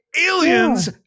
aliens